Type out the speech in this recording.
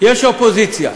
יש אופוזיציה,